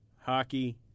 hockey